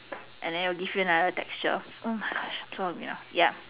and then it gives you another texture yup